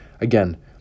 Again